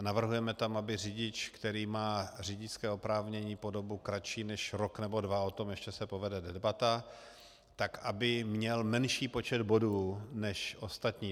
Navrhujeme tam, aby řidič, který má řidičské oprávnění po dobu kratší než rok nebo dva, o tom ještě se povede debata, tak aby měl menší počet bodů než ostatní.